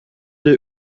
des